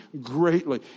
greatly